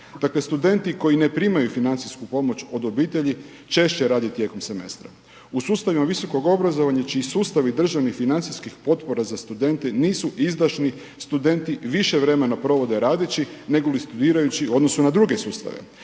studenti koji ne primaju financijsku pomoć od obitelji češće radi tijekom semestra. U sustavima visokog obrazovanja čiji sustavi državnih i financijskih potpora za studente nisu izdašni, studenti više vremena provode radeći nego li studirajući u odnosu na druge sustave.